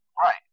Right